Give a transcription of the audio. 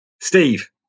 Steve